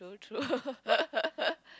true true